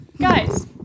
Guys